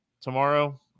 tomorrow